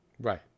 Right